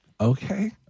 Okay